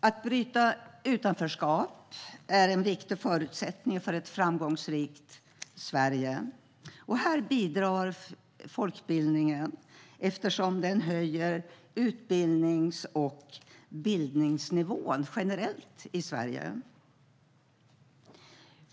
Att bryta utanförskap är en viktig förutsättning för ett framgångsrikt Sverige. Här bidrar folkbildningen, eftersom den höjer utbildnings och bildningsnivån generellt i Sverige.